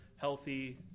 healthy